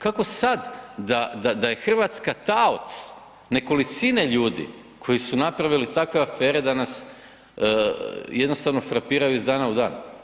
Kako sad da je Hrvatska taoc nekolicine ljudi koji su napravili takve afere da nas jednostavno frapiraju iz dana u dan.